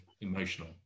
emotional